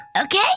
Okay